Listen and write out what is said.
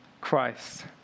Christ